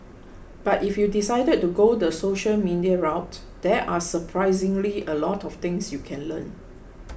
but if you decided to go the social media route there are surprisingly a lot of things you can learn